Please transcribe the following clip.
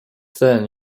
then